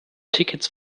tickets